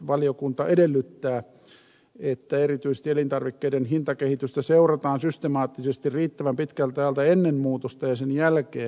valiokunta edellyttää että erityisesti elintarvikkeiden hintakehitystä seurataan systemaattisesti riittävän pitkältä ajalta ennen muutosta ja sen jälkeen